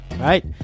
Right